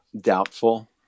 doubtful